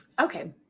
Okay